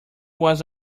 was